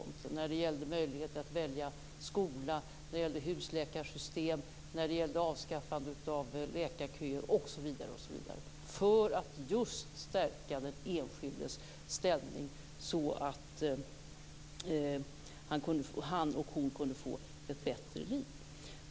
Man gjorde mycket när det gällde möjlighet att välja skola, när det gällde husläkarsystem, när det gällde avskaffande av läkarköer. Det gjorde man just för att stärka den enskildes ställning så att han eller hon kunde få ett bättre liv.